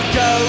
go